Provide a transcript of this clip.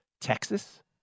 Texas